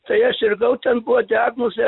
tai aš sirgau ten buvo diagnozė